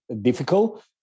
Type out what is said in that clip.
difficult